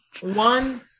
one